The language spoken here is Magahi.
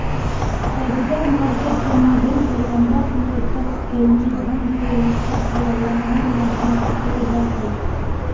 कैपिटल मार्केट के माध्यम से लंबा समय तक के लिए धन के व्यवस्था शेयर या अन्य माध्यम से कैल जा हई